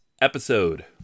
episode